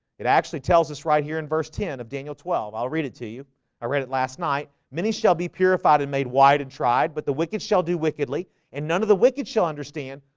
it actually tells us right here in verse ten of daniel twelve i'll read it to you i read it last night many shall be purified and made white and tried but the wicked shall do wickedly and none of the wicked shall understand,